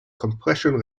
compression